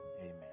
Amen